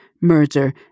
murder